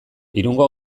irungo